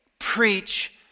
Preach